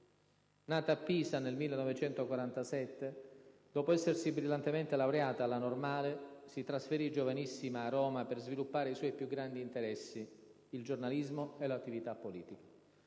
Nata a Pisa nel 1947, dopo essersi brillantemente laureata alla Normale, si trasferì giovanissima a Roma per sviluppare i suoi più grandi interessi: il giornalismo e l'attività politica.